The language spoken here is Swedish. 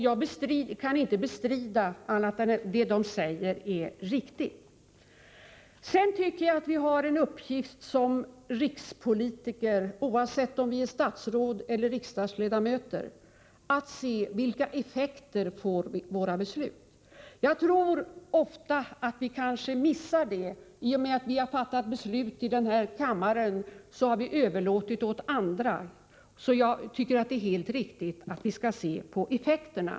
Jag kan inte bestrida att det som dessa läkare säger är riktigt. Jag tycker att vi som rikspolitiker har en uppgift, oavsett om vi är statsråd eller riksdagsledamöter, att se vilka effekter våra beslut får. Jag tror att vi ofta missar det. I och med att vi har fattat beslut i denna kammare har vi överlåtit åt andra att verkställa besluten. Jag tycker därför att det är helt riktigt att vi skall se på effekterna.